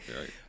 Right